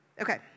Okay